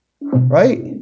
right